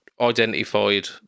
identified